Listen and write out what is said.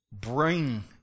Bring